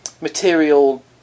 material